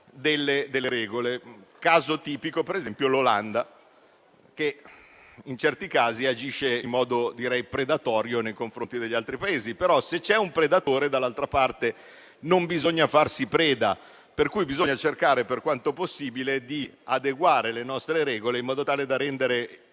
delle regole: un caso tipico, per esempio, è quello dell'Olanda, che in certi frangenti agisce in modo predatorio nei confronti degli altri Paesi; tuttavia, se c'è un predatore, dall'altra parte non bisogna farsi preda, per cui bisogna cercare, per quanto possibile, di adeguare le nostre regole in modo tale da rendere